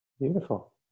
Beautiful